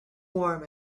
warm